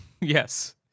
Yes